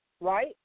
Right